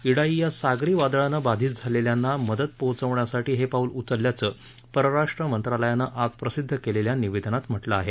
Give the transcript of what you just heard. Idai या सागरी वादळानं बाधित झालेल्यांना मदत पोचवण्यासाठी हे पाऊल उचलल्याचं परराष्ट्र मंत्रालयानं आज प्रसिद्ध केलेल्या निवेदनात म्हटलं आहे